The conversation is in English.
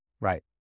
Right